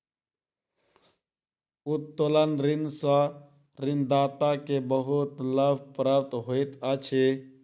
उत्तोलन ऋण सॅ ऋणदाता के बहुत लाभ प्राप्त होइत अछि